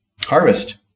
harvest